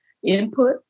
Input